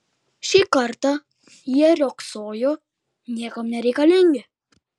šį kartą jie riogsojo niekam nereikalingi